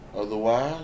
Otherwise